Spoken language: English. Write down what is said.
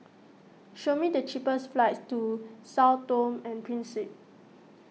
show me the cheapest flights to Sao Tome and Principe